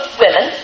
women